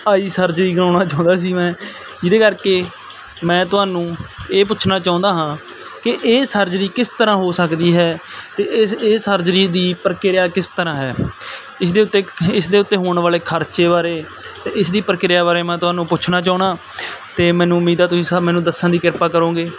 ਆਈ surgery ਕਰਵਾਉਣਾ ਚਾਹੁੰਦਾ ਸੀ ਮੈਂ ਜਿਹਦੇ ਕਰਕੇ ਮੈਂ ਤੁਹਾਨੂੰ ਇਹ ਪੁੱਛਣਾ ਚਾਹੁੰਦਾ ਹਾਂ ਕਿ ਇਹ ਸਰਜਰੀ ਕਿਸ ਤਰ੍ਹਾਂ ਹੋ ਸਕਦੀ ਹੈ ਅਤੇ ਇਸ ਇਹ ਸਰਜਰੀ ਦੀ ਪ੍ਰਕਿਰਿਆ ਕਿਸ ਤਰ੍ਹਾਂ ਹੈ ਇਸ ਦੇ ਉੱਤੇ ਖ ਇਸ ਦੇ ਉੱਤੇ ਹੋਣ ਵਾਲੇ ਖਰਚੇ ਬਾਰੇ ਅਤੇ ਇਸ ਦੀ ਪ੍ਰਕਿਰਿਆ ਬਾਰੇ ਮੈਂ ਤੁਹਾਨੂੰ ਪੁੱਛਣਾ ਚਾਹੁੰਦਾ ਅਤੇ ਮੈਨੂੰ ਉਮੀਦ ਆ ਤੁਸੀਂ ਸਰ ਮੈਨੂੰ ਦੱਸਣ ਦੀ ਕਿਰਪਾ ਕਰੋਗੇ